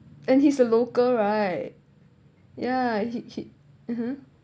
and he's a local right yeah he he mmhmm